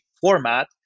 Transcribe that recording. format